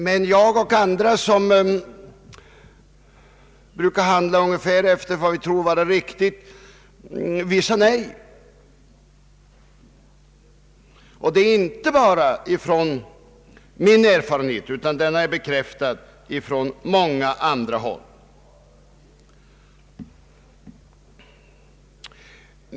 Men jag och andra som brukar handla ungefär efter vad vi tror vara riktigt, vi sade nej. Denna erfarenhet är bekräftad också ifrån många andra håll.